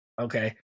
Okay